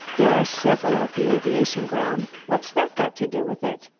there are several at the aviation grounds. what's that got to do with it?